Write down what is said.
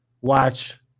watch